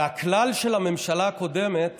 הכלל של הממשלה הקודמת